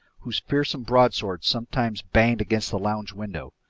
whose fearsome broadswords sometimes banged against the lounge window.